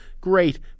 great